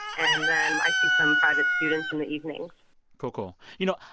and then i see some private students in the evenings cool, cool. you know,